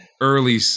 early